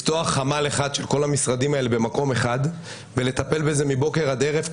לפתוח חמ"ל אחד של כל המשרדים האלה במקום אחד ולטפל בזה מבוקר עד ערב.